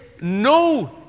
no